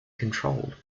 controlled